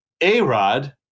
A-Rod